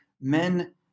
men